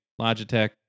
logitech